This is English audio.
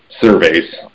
surveys